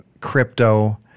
crypto